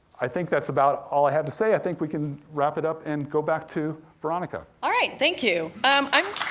i think that's about all i have to say, i think we can wrap it up and go back to veronica. all right, thank you. um um